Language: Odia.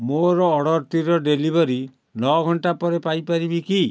ମୋର ଅର୍ଡ଼ର୍ଟିର ଡେଲିଭରି ନଅ ଘଣ୍ଟା ପରେ ପାଇପାରିବି କି